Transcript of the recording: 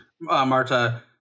Marta